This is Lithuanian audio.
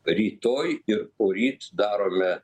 rytoj ir poryt darome